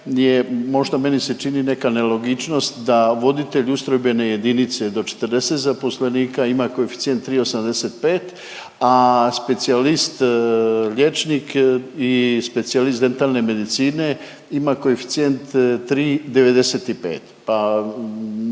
možda meni se čini neka nelogičnost da voditelj ustrojbene jedinice do 40 zaposlenika ima koeficijent 3,05, a specijalist liječnik i specijalist dentalne medicine ima koeficijent 3,95,